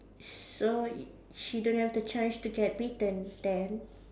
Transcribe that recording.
so i~ she don't have the chance to get bitten then